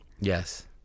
yes